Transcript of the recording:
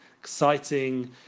exciting